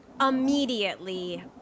immediately